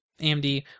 AMD